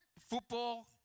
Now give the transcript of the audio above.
Football